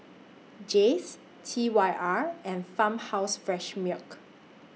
Jays T Y R and Farmhouse Fresh Milk